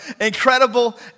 incredible